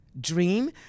dream